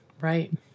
right